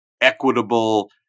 equitable